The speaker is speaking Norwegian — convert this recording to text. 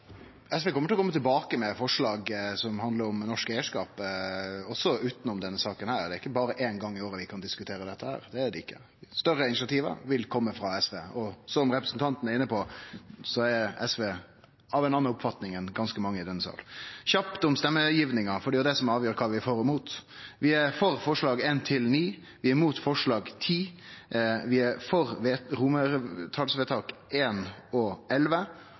SV kjem til å kome tilbake med forslag som handlar om norsk eigarskap, også utanom denne saka. Det er ikkje berre éin gong i året vi kan diskutere dette – det er det ikkje. Større initiativ vil kome frå SV, og som representanten er inne på, er SV av ei annan oppfatning enn ganske mange i denne salen. Kjapt om stemmegjevinga, for det er jo det som avgjer kva vi er for og imot: Vi er for forslaga nr. 1–9, vi er imot forslag nr. 10, vi er for I og XI, og